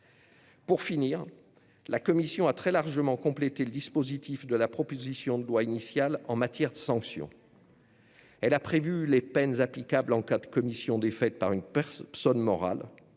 Pour finir, la commission a très largement complété le dispositif de la proposition de loi en matière de sanctions. Elle a prévu les peines applicables en cas de commission des faits par une personne morale.